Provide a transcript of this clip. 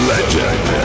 Legend